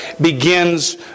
begins